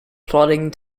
plodding